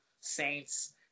saints